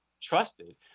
trusted